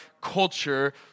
culture